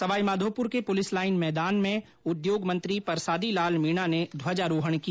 सवाई माधोपुर के police line मैदान में उद्योग मंत्री परसादी लाल मीणा ने ध्वजारोहण किया